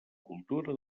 cultura